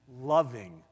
loving